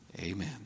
Amen